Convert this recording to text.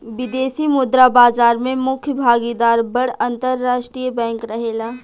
विदेशी मुद्रा बाजार में मुख्य भागीदार बड़ अंतरराष्ट्रीय बैंक रहेला